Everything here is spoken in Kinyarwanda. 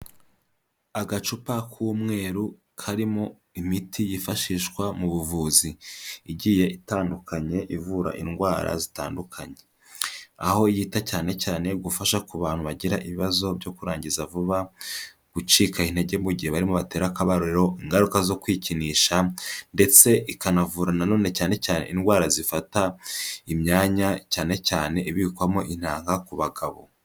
Agacupa k'umweru karimo imiti yifashishwa mu buvuzi igiye itandukanye ivura indwara zitandukanye, aho yita cyane cyane gufasha ku bantu bagira ibibazo byo kurangiza vuba, gucika intege mu gihe barimo batera akabariro, ingaruka zo kwikinisha, ndetse ikanavura nanone cyane cyane indwara zifata imyanya cyane cyane ibikwamo intanga ku bagabo.